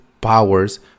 powers